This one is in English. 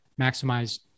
maximize